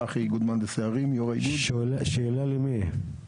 שאלה למי?